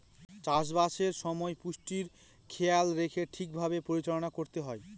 চাষবাসের সময় পুষ্টির খেয়াল রেখে ঠিক ভাবে পরিচালনা করতে হয়